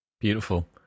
Beautiful